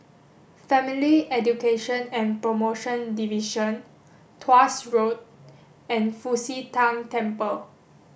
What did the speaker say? Family Education and Promotion Division Tuas Road and Fu Xi Tang Temple